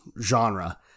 genre